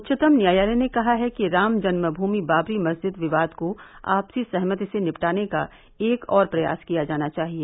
उच्चतम न्यायालय ने कहा है कि राम जन्मभूमि बाबरी मस्जिद विवाद को आपसी सहमति से निपटाने का एक और प्रयास किया जाना चाहिए